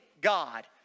God